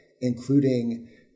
including